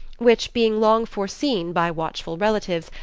which, being long foreseen by watchful relatives,